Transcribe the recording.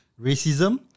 racism